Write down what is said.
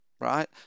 right